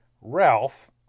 Ralph